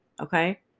Okay